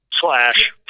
slash